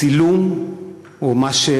הצילום על הבניין,